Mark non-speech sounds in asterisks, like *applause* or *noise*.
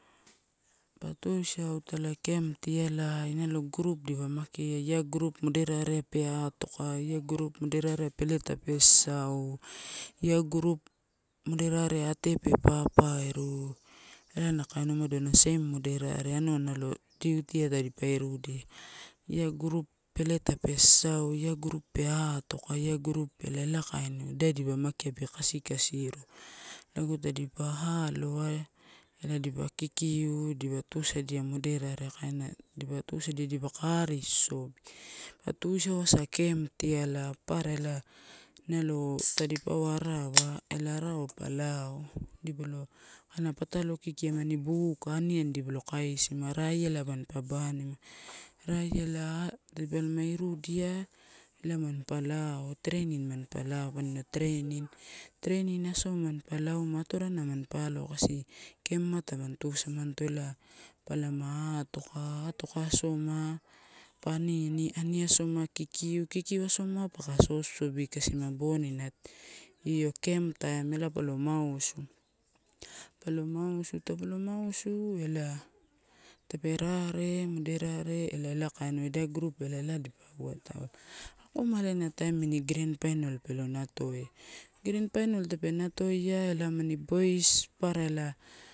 Pa tuisau italai camp tialai nalo group dipa makia ia group moderate pe atoka, ia group modera peleta pe sasau, ia group moderaea ate pe *noise* papairu ela na kainua, na same moderae anva nalo elutya tadipa iruelia. Ia group peleta pe sasau, ia group pe toka, ia group ela, ela kainiva ida dipa makia pee kasikasiru, lago tadipa aloa, ela dipa kikiu, dipa tusadia moderaea kaina, dipa tusaidia dipa ka ari aru sosobi. Pa tuisau cam tialai papara nalo *noise* tadipauwa arawa ela arawa pa lao dipalo kaina patalo kiki amani buka, aniani dipalo kaisima raia ela panipa banima. Raia ela a tadipa ma riudia ela mampa lao training mampa lao, pani lo training. Training asoma mamp auma, atorana mampa alo kasi campa tamani tusamanito ela palama atoka, atoka asoma, pa aniani, aniani asoma pa kikiu, kikiu asoma paka sosobi kasi ma boni na io camp taim ela palo amusu. Palo mausu, palo mausu, tapa lo mausu ela tape rare moderate ela kainiuwa, idai group ela, ela dipauwa, taulo, akoala ena taim amini grand final pelo natoia. Grand final tape natoia ela amani boys papara ela.